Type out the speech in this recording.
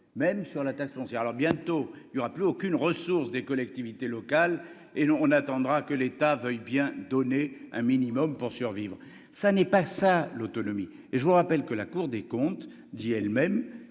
même sur la taxe foncière alors bientôt il y aura plus aucune ressource des collectivités locales et nous, on attendra que l'État veuille bien donner un minimum pour survivre, ça n'est pas ça l'autonomie et je vous rappelle que la Cour des comptes dit elle-même